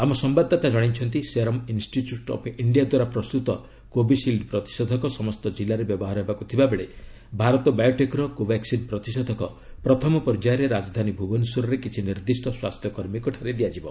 ଆମ ସମ୍ବାଦଦାତା ଜଣାଇଛନ୍ତି ସେରମ୍ ଇନ୍ଷିଚ୍ୟୁଟ୍ ଅଫ୍ ଇଣ୍ଡିଆ ଦ୍ୱାରା ପ୍ରସ୍ତୁତ କୋବିସିଲ୍ଡ୍ ପ୍ରତିଷେଧକ ସମସ୍ତ ଜିଲ୍ଲାରେ ବ୍ୟବହାର ହେବାକୁ ଥିବାବେଳେ ଭାରତ ବାୟୋଟେକ୍ର କୋବାସ୍କିନ୍ ପ୍ରତିଷେଧକ ପ୍ରଥମ ପର୍ଯ୍ୟାୟରେ ରାଜଧାନୀ ଭୁବନେଶ୍ୱରରେ କିଛି ନିର୍ଦ୍ଦିଷ୍ଟ ସ୍ୱାସ୍ଥ୍ୟକର୍ମୀଙ୍କଠାରେ ଦିଆଯିବ